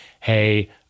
hey—